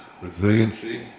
resiliency